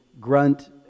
grunt